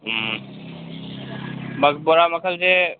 ꯎꯝ ꯕꯣꯔꯥ ꯃꯈꯜꯁꯦ